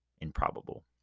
Improbable